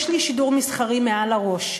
יש לי שידור מסחרי מעל הראש.